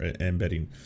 embedding